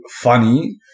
funny